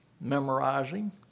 memorizing